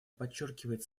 подчеркивает